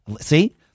See